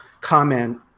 comment